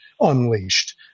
unleashed